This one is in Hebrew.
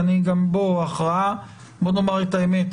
בוא נאמר את האמת,